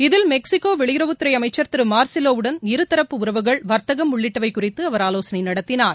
இதில் மெக்ஸிகோ வெளியுறவுத்துறை அமைச்சர் திரு மார்சிலோவுடன் இருதரப்பு உறவுகள் வர்த்தகம் உள்ளிட்டவை குறித்து அவர் ஆலோசனை நடத்தினார்